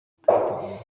turiteguye